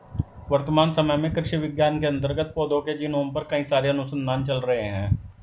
वर्तमान समय में कृषि विज्ञान के अंतर्गत पौधों के जीनोम पर कई सारे अनुसंधान चल रहे हैं